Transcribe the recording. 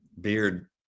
Beard